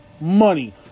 money